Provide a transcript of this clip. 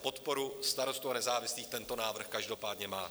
Podporu Starostů a nezávislých tento návrh každopádně má.